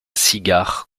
cigare